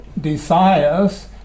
desires